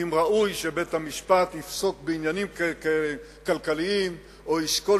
האם ראוי שבית-המשפט יפסוק בעניינים כלכליים או ישקול